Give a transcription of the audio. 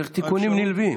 צריך תיקונים נלווים.